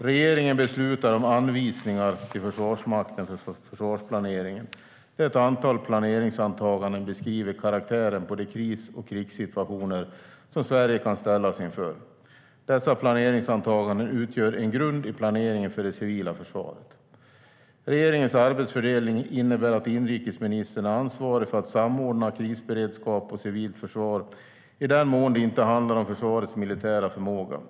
Regeringen beslutar om anvisningar till Försvarsmakten för försvarsplaneringen, där ett antal planeringsantaganden beskriver karaktären på de kris och krigssituationer som Sverige kan ställas inför. Dessa planeringsantaganden utgör en grund i planeringen för det civila försvaret. Regeringens arbetsfördelning innebär att inrikesministern är ansvarig för att samordna krisberedskap och civilt försvar, i den mån det inte handlar om försvarets militära förmåga.